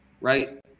Right